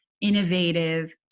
innovative